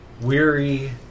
weary